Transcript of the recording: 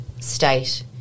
state